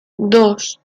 dos